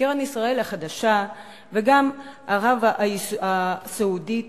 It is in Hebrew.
קרן ישראל החדשה וגם ערב הסעודית,